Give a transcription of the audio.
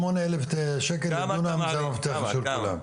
שמונה אלף שקל לדונם זה המפתח של כולם.